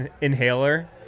inhaler